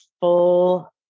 full